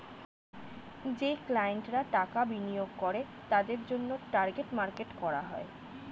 যেই ক্লায়েন্টরা টাকা বিনিয়োগ করে তাদের জন্যে টার্গেট মার্কেট করা হয়